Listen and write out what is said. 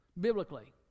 biblically